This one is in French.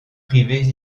privées